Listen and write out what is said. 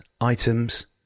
items